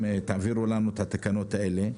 תעבירו לנו בבקשה את התקנות האלה.